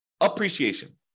appreciation